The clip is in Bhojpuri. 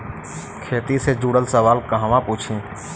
खेती से जुड़ल सवाल कहवा पूछी?